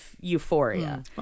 euphoria